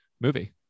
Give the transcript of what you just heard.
movie